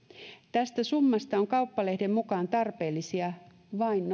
tästä summasta on kauppalehden mukaan tarpeellisia vain